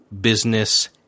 business